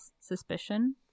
suspicion